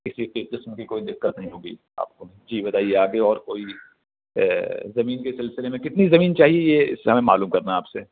کسی بھی قسم کی کوئی دقت نہیں ہوگی آپ کو جی بتائیے آگے اور کوئی بھی زمین کے سلسلے میں کتنی زمین چاہیے یہ ہمیں معلوم کرنا ہے آپ سے